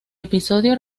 episodio